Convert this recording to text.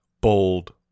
bold